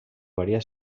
varia